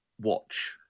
watch